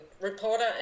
reporter